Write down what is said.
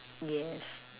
yes